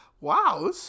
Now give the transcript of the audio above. wow